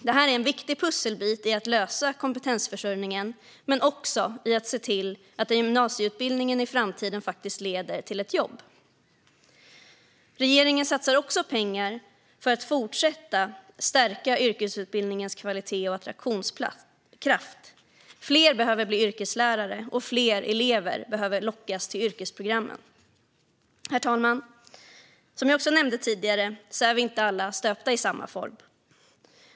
Detta är en viktig pusselbit i att lösa kompetensförsörjningen men också i att se till att en gymnasieutbildning i framtiden faktiskt också leder till ett jobb. Regeringen satsar också pengar för att fortsätta att stärka yrkesutbildningens kvalitet och attraktionskraft. Fler behöver bli yrkeslärare, och fler elever behöver lockas till yrkesprogrammen. Herr talman! Som jag också nämnde tidigare är vi inte alla stöpta i samma form.